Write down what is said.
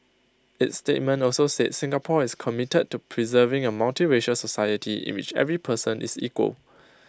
its statement also said Singapore is committed to preserving A multiracial society in which every person is equal